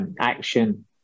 action